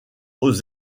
aux